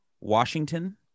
Washington